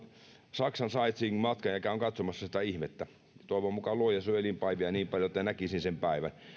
saksan sightseeingmatkan ja käyn katsomassa sitä ihmettä toivon mukaan luoja suo elinpäiviä niin paljon että näkisin sen päivän